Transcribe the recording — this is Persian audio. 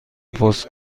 پست